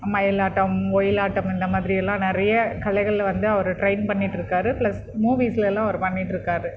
மயிலாட்டம் ஒயிலாட்டம் இந்த மாதிரி எல்லாம் நிறைய கலைகளை வந்து அவர் ட்ரெயின் பண்ணிகிட்ருக்காரு ப்ளஸ் மூவிஸ்லெல்லாம் அவர் பண்ணிகிட்ருக்காரு